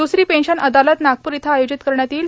द्रसरी पेव्शन अदालत नागप्रर इथं आयोजित करण्यात येईल